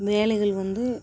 வேலைகள் வந்து